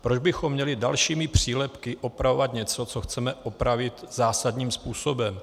Proč bychom měli dalšími přílepky upravovat něco, co chceme opravit zásadním způsobem?